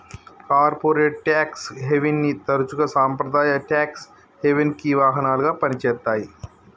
corporate tax హెవెన్ని తరచుగా సాంప్రదాయ ట్యేక్స్ హెవెన్కి వాహనాలుగా పనిచేత్తాయి